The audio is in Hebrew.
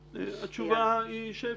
התשובה היא שאפשר.